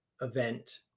event